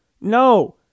No